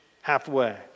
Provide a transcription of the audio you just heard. halfway